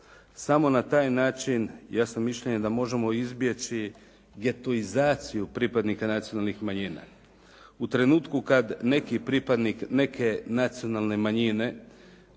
Samo na taj način ja sam mišljenja da možemo izbjeći getoizaciju pripadnika nacionalnih manjina. U trenutku kada neki pripadnik neke nacionalne manjine,